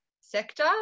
sector